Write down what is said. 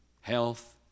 health